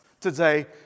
today